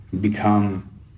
become